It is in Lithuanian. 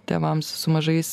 tėvams su mažais